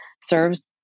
serves